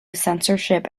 censorship